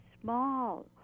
small